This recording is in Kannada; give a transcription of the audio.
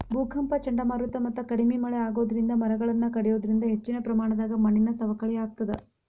ಭೂಕಂಪ ಚಂಡಮಾರುತ ಮತ್ತ ಕಡಿಮಿ ಮಳೆ ಆಗೋದರಿಂದ ಮರಗಳನ್ನ ಕಡಿಯೋದರಿಂದ ಹೆಚ್ಚಿನ ಪ್ರಮಾಣದಾಗ ಮಣ್ಣಿನ ಸವಕಳಿ ಆಗ್ತದ